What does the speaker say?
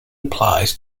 applies